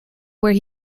where